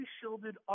shielded